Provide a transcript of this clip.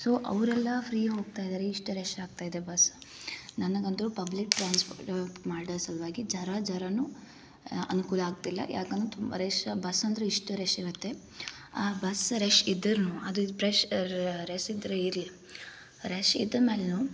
so ಅವರೆಲ್ಲ free ಹೋಗ್ತಾ ಇದಾರೆ ಇಷ್ಟು ರಶ್ ಆಗ್ತಾ ಇದೆ ಬಸ್ ನನಗೆ ಅಂತು ಪಬ್ಲಿಕ್ ಟ್ರಾನ್ಸ್ಪೋರ್ಟ್ ಮಾಡೋ ಸಲ್ವಾಗಿ ಜರಾ ಜರಾನು ಅನುಕೂಲ ಆಗ್ತಿಲ್ಲ ಯಾಕಂತ ತುಂಬ ರಶ್ ಆ ಬಸ್ ರಶ್ ಅಂತು ಇಷ್ಟು ರಶ್ ಇರುತ್ತೆ ಆ ಬಸ್ ರಶ್ ಇದ್ರು ಅದು ಪ್ರಶ್ ರಸ್ ಇದ್ರೆ ಇರಲಿ ರಶ್ ಇದ್ದ ಮೇಲು